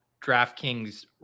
DraftKings